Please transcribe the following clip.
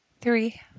three